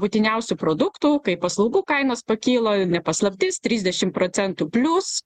būtiniausių produktų kaip paslaugų kainos pakilo ne paslaptis trisdešim procentų plius